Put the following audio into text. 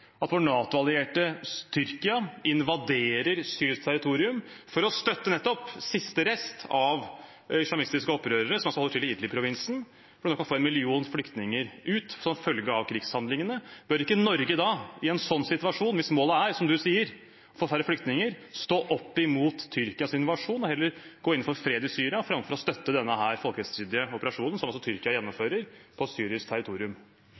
at vår NATO-allierte, Tyrkia, invaderer syrisk territorium for å støtte nettopp siste rest av islamistiske opprørere, som holder til i Idlib-provinsen, hvor en kan få en million flyktninger ut som følge av krigshandlingene? Bør ikke Norge i en sånn situasjon – hvis målet er, som statsråden sier, å få færre flyktninger – stå opp imot Tyrkias invasjon og heller gå inn for fred i Syria, framfor å støtte denne folkerettsstridige operasjonen som Tyrkia gjennomfører på syrisk territorium?